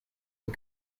and